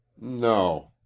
No